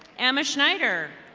ama snyder.